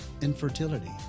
infertility